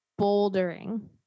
bouldering